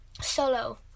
Solo